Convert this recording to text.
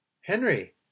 Henry